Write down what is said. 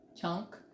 chunk